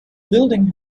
building